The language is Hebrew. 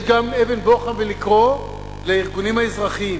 יש גם אבן בוחן בלקרוא לארגונים האזרחיים.